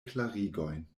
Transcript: klarigojn